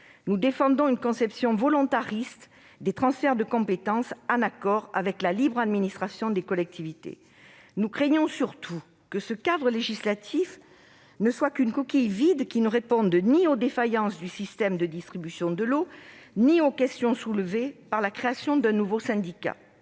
nous défendons une conception volontariste des transferts de compétences, conformément à la libre administration des collectivités. Nous craignons surtout que ce cadre législatif ne soit qu'une coquille vide, qu'il ne réponde ni aux défaillances du système de distribution de l'eau ni aux questions soulevées par la création d'un nouveau syndicat.